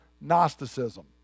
Gnosticism